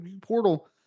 portal